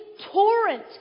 torrent